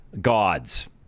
gods